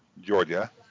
Georgia